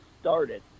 started